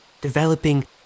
developing